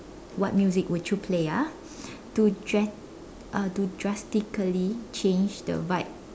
what music would you play ah to dra~ uh to drastically change the vibe